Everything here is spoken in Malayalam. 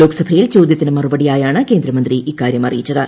ലോകസഭയിൽ ചോദൃത്തിന് മറുപടിയായാണ് കേന്ദ്രമന്ത്രി ഇക്കാരൃം അറിയിച്ചത്